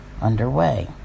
underway